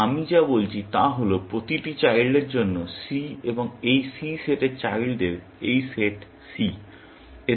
তাই আমি যা বলছি তা হল প্রতিটি চাইল্ডের জন্য c এই c সেটের চাইল্ডদের এই সেট c